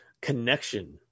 connection